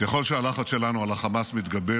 ככל שהלחץ שלנו על החמאס מתגבר,